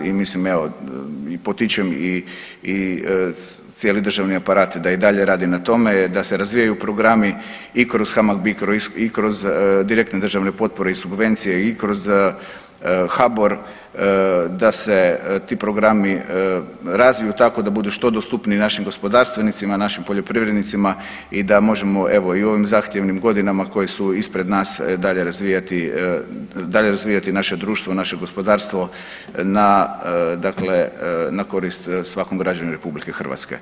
I mislim evo i potičem cijeli državni aparat da i dalje radi na tome, da se razvijaju programi i kroz HAMAG BICRO i kroz direktne državne potpore i subvencije i kroz HABOR, da se ti programi razviju tako da budu što dostupniji našim gospodarstvenicima, našim poljoprivrednicima i da možemo evo i u ovim zahtjevnim godinama koje su ispred nas dalje razvijati, dalje razvijati naše društvo, naše gospodarstvo na, na dakle korist svakom građaninu RH.